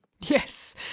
Yes